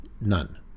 none